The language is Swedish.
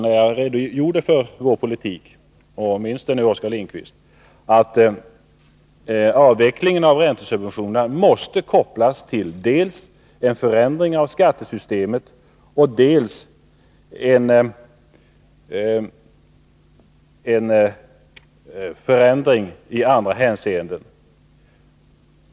När jag redogjorde för vår politik sade jag också — minns det nu, Oskar Lindkvist — att avvecklingen av räntesubventionerna måste kopplas till dels en förändring av skattesystemet, dels en förändring i andra hänseenden.